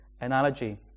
analogy